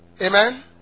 Amen